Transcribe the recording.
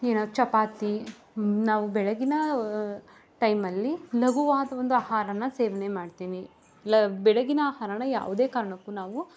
ಏನು ಚಪಾತಿ ನಾವು ಬೆಳಗಿನ ಟೈಮಲ್ಲಿ ಲಘುವಾದ ಒಂದು ಆಹಾರನ ಸೇವನೆ ಮಾಡ್ತೀನಿ ಲ ಬೆಳಗಿನ ಆಹಾರನ ಯಾವುದೇ ಕಾರಣಕ್ಕೂ ನಾವು